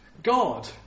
God